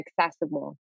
accessible